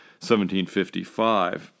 1755